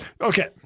Okay